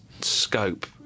scope